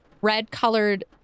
red-colored